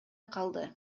калды